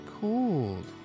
cold